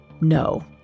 No